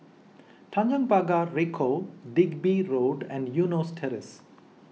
Tanjong Pagar Ricoh Digby Road and Eunos Terrace